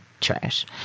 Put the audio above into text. Trash